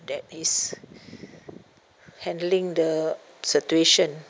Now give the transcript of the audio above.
that is handling the situation